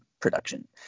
production